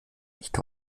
nicht